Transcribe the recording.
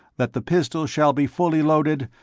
that the pistols shall be fully loaded,